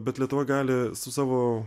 bet lietuva gali su savo